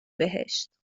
بهشت